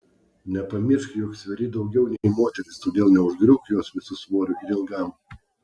nepamiršk jog sveri daugiau nei moteris todėl neužgriūk jos visu svoriu ir ilgam